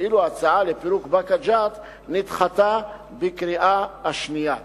ואילו ההצעה לפירוק באקה ג'ת נדחתה בקריאה השנייה.